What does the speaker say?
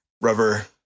rubber